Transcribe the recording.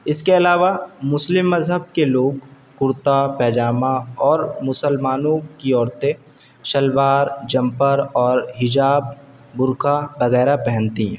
اس کے علاوہ مسلم مذہب کے لوگ کرتا پیجامہ اور مسلمانوں کی عورتیں شلوار جمپر اور حجاب برقع وغیرہ پہنتی ہیں